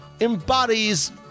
embodies